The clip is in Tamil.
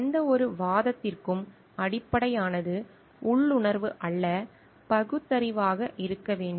எந்தவொரு வாதத்திற்கும் அடிப்படையானது உள்ளுணர்வு அல்ல பகுத்தறிவாக இருக்க வேண்டும்